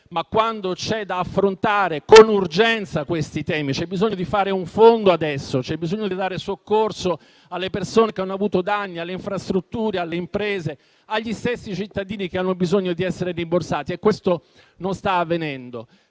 ma quando c'è da affrontare con urgenza questi temi occorre farlo. C'è bisogno di istituire un fondo adesso, c'è bisogno di dare soccorso alle persone che hanno avuto danni alle infrastrutture, alle imprese, agli stessi cittadini che hanno bisogno di essere rimborsati, ma ciò non sta avvenendo.